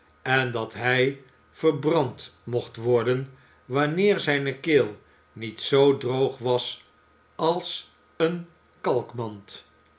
en dat hij verbrand mocht worden wanneer zijne keel niet zoo droog was als een kalkmand